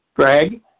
Greg